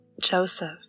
Joseph